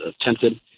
attempted